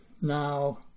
now